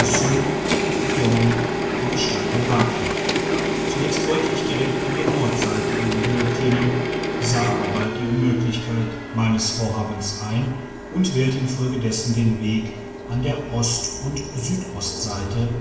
und biong die besteigung wagte zunächst wollte ich direkt an der nordseite in die höhe klimmen sah aber bald die unmöglichkeit digitized by google meines vorhabens ein und wählte infolgedessen den weg an der ost und südostseite